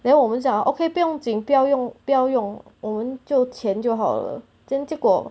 then 我们讲 okay 不用紧不要用不要用我们就潜就好了 then 结果